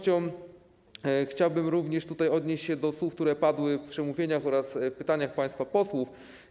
Chciałbym również odnieść się do słów, które padły w przemówieniach oraz pytaniach państwa posłów.